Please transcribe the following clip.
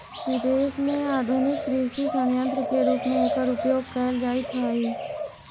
विदेश में आधुनिक कृषि सन्यन्त्र के रूप में एकर उपयोग कैल जाइत हई